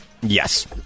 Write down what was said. Yes